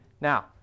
Now